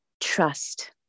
trust